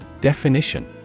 Definition